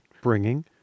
bringing